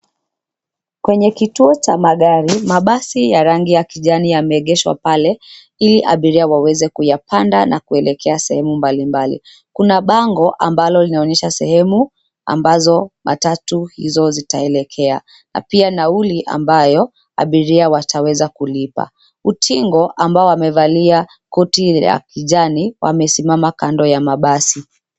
Kwenye kituo cha magari, mabasi ya rangi ya kijani yameegeshwa pale, ili abiria waweze kuyapanda na kuelekea sehemu mbalimbali. Kuna bango ambalo linaonyesha sehemu ambazo matatu izo zitaelekea na pia nauli ambayo abiria wataweza kulipa. Utingo ambao wamevalia koti ya jani wamesimama kando ya mabasi.